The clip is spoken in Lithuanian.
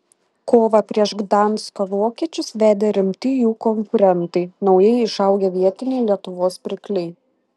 kovą prieš gdansko vokiečius vedė rimti jų konkurentai naujai išaugę vietiniai lietuvos pirkliai